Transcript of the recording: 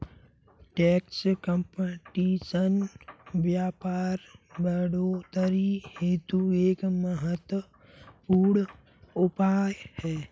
tax competition व्यापार बढ़ोतरी हेतु एक महत्वपूर्ण उपाय है